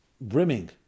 brimming